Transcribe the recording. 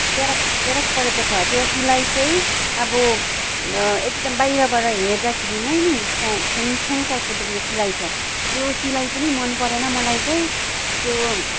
च्यारक च्यारक परेको छ त्यो सिलाइ चाहिँ अब एकदम बाहिरबाट हेर्दाखेरि नै नि त्यहाँ छ्याङ छ्याङ देख्ने टाइपको सिलाइ छ त्यो सिलाइ पनि मनपरेन मलाई चाहिँ त्यो